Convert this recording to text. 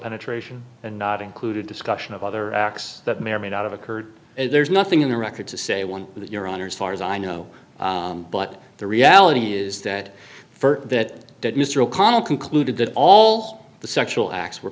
penetration and not included discussion of other acts that may or may not have occurred there's nothing in the record to say one of your honor's far as i know but the reality is that for that that mr o'connell concluded that all the sexual acts were